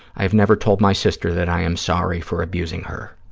i have never told my sister that i am sorry for abusing her.